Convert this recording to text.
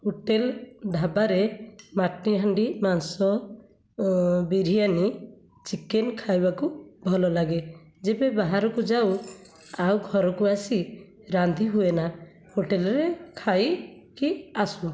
hotel ଢାବାରେ ମାଟିହାଣ୍ଡି ମାଂସ ବିରିୟାନି ଚିକେନ ଖାଇବାକୁ ଭଲ ଲାଗେ ଯେବେ ବାହାରକୁ ଯାଉ ଆଉ ଘରକୁ ଆସି ରାନ୍ଧି ହୁଏନା ହୋଟେଲରେ ଖାଇକି ଆସୁ